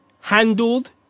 Handled